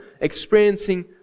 experiencing